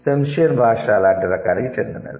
Tsimshian భాష అలాంటి రకానికి చెందినది